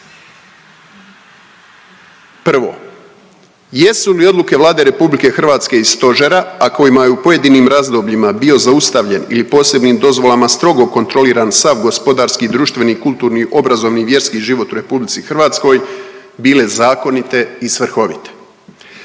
Prvo, jesu li odluke Vlade RH i stožera, a kojima je u pojedinim razdobljima bio zaustavljen ili posebnim dozvolama strogo kontroliran sav gospodarski društveni, kulturni, obrazovni, vjerski život u RH, bile zakonite i svrhovite?